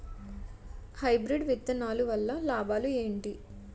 Hybrid విత్తనాలు వల్ల లాభాలు ఏంటి?